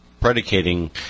predicating